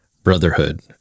brotherhood